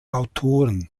autoren